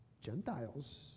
Gentiles